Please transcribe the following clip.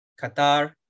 Qatar